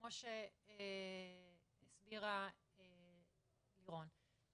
כמו שהעירה לירון,